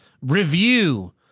Review